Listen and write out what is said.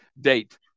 date